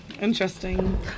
interesting